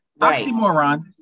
Oxymoron